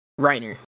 Reiner